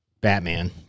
Batman